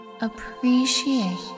appreciate